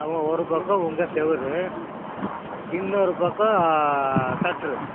ஆமாம் ஒரு பக்கம் உங்கள் செவுர் இன்னொரு பக்கம் சட்ரு